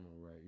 right